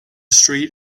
street